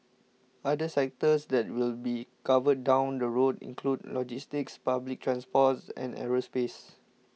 other sectors that will be covered down the road include logistics public transports and aerospace